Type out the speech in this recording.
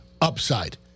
upside